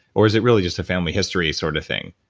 or is it really just a family history sort of thing?